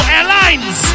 Airlines